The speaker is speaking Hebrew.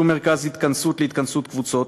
שום מרכז התכנסות לקבוצות,